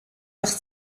par